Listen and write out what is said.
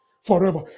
forever